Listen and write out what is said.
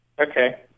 Okay